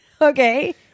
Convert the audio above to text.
Okay